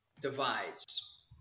divides